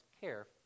care